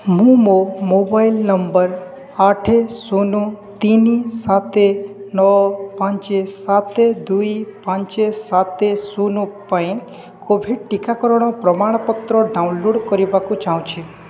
ମୁଁ ମୋ mobile number ଆଠ ଶୂନ ତିନି ସାତ ନଅ ପାଞ୍ଚ ସାତ ଦୁଇ ପାଞ୍ଚ ସାତ ଶୂନ ପାଇଁ କୋଭିଡ଼୍ ଟିକାକରଣ ପ୍ରମାଣପତ୍ର ଡ଼ାଉନଲୋଡ଼୍ କରିବାକୁ ଚାହୁଁଛି